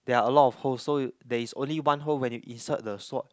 there are a lot of holes so there is only one hole when you insert the sword